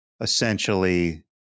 essentially